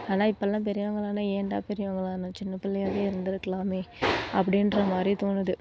ஆனால் இப்போலாம் பெரியவங்களானா ஏன்டா பெரியவங்களானோம் சின்ன பிள்ளையாகவே இருந்திருக்கலாமே அப்படின்ற மாதிரி தோணுது